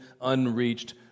unreached